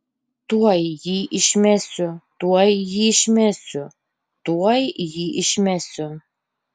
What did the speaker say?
tuoj jį išmesiu tuoj jį išmesiu tuoj jį išmesiu